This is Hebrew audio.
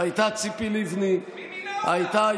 ציפי לבני הייתה.